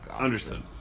Understood